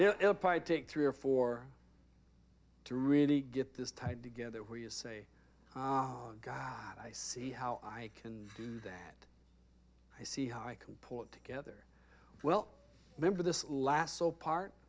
applied take three or four to really get this tied together where you say god i see how i can do that i see how i can pull it together well remember this lasso part